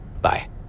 Bye